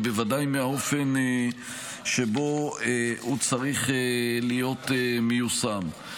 ובוודאי מהאופן שבו הוא צריך להיות מיושם.